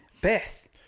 Beth